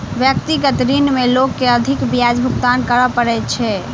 व्यक्तिगत ऋण में लोक के अधिक ब्याज भुगतान करय पड़ैत छै